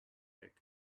yet